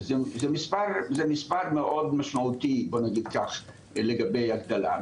וזה מספר מאוד משמעותי בוא נגיד ככה לגבי השכלה.